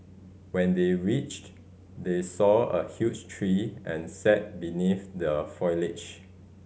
when they reached they saw a huge tree and sat beneath the foliage